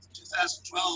2012